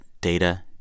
data